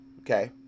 okay